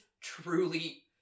truly